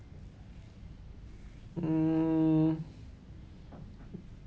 mm